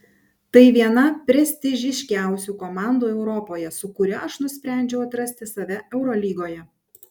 tai viena prestižiškiausių komandų europoje su kuria aš nusprendžiau atrasti save eurolygoje